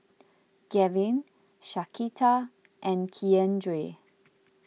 Gavin Shaquita and Keandre